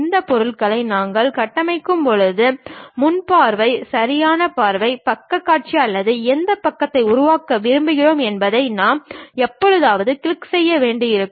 இந்த பொருள்களை நாங்கள் கட்டமைக்கும்போது முன் பார்வை சரியான பார்வை பக்கக் காட்சி அல்லது எந்தப் பக்கத்தை உருவாக்க விரும்புகிறோம் என்பதை நான் எப்போதாவது கிளிக் செய்ய வேண்டியிருக்கும்